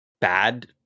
bad